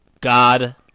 God